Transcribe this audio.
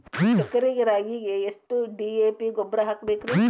ಎಕರೆ ರಾಗಿಗೆ ಎಷ್ಟು ಡಿ.ಎ.ಪಿ ಗೊಬ್ರಾ ಹಾಕಬೇಕ್ರಿ?